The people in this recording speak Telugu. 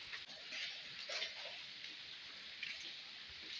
మారినప్పుడల్లా మార్జిన్ తప్పనిసరి కాన, యా బిజినెస్లా అయినా ఉత్పత్తులు సెయ్యాల్లమరి